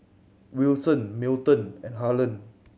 Wilson Milton and Harland